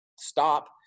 stop